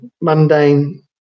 mundane